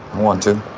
want to?